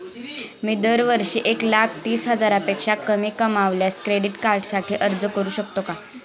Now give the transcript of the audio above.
मी दरवर्षी एक लाख तीस हजारापेक्षा कमी कमावल्यास क्रेडिट कार्डसाठी अर्ज करू शकतो का?